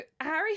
Harry